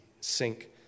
sink